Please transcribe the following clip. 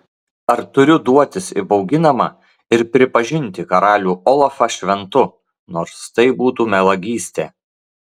ar turiu duotis įbauginama ir pripažinti karalių olafą šventu nors tai būtų melagystė